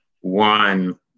one